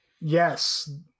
yes